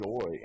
joy